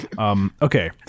Okay